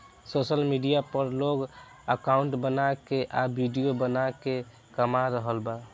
social media पर लोग account बना के आ विडिओ बना के कमा रहल बा